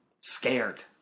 scared